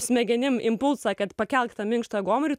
smegenim impulsą kad pakelk tą minkštą gomurį